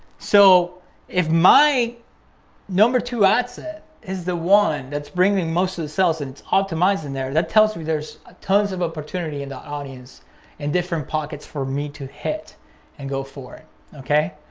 so if my number two ad set is the one that's bringing most of the sales and it's optimizing there, that tells me there's ah tons of opportunity in the audience and different pockets for me to hit and go for it okay?